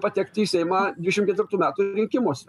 patekti į seimą dvidešim ketvirtų metų rinkimuose